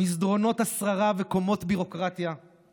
// מסדרונות השררה וקומות ביורוקרטיה /